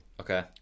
Okay